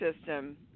system